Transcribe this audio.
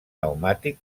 pneumàtic